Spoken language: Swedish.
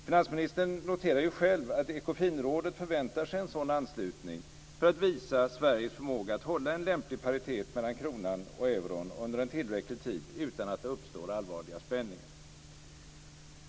Finansministern noterar ju själv att Ekofinrådet förväntar sig en sådan anslutning för att Sverige ska visa sin förmåga att hålla en lämplig paritet mellan kronan och euron under en tillräcklig tid utan att det uppstår allvarliga spänningar.